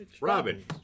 Robin